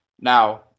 Now